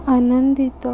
ଆନନ୍ଦିତ